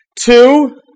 two